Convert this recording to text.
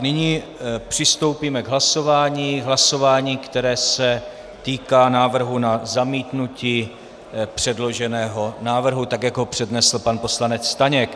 Nyní přistoupíme k hlasování, které se týká návrhu na zamítnutí předloženého návrhu, tak jak ho přednesl pan poslanec Staněk.